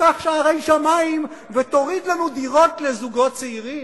שתפתח שערי שמים ותוריד לנו דירות לזוגות צעירים,